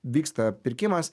vyksta pirkimas